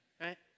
Right